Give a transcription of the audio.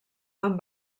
amb